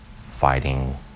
fighting